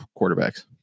quarterbacks